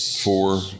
Four